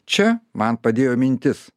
čia man padėjo mintis